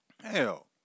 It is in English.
Hell